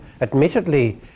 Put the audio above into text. admittedly